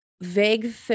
vague